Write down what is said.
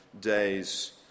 days